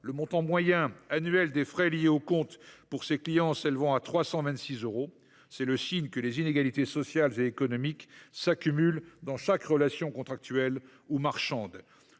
le montant moyen annuel des frais liés au compte pour ces clients s’élève à 326 euros : c’est le signe que les inégalités sociales et économiques s’accumulent dans chaque relation contractuelle ou marchande.